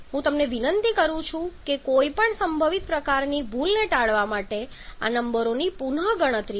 હું તમને વિનંતી કરું છું કે કોઈપણ સંભવિત પ્રકારની ભૂલને ટાળવા માટે આ નંબરોની પુનઃ ગણતરી કરો